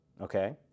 okay